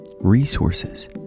resources